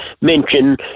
mention